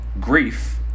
grief